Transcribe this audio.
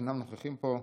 שאינם נוכחים פה: